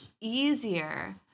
easier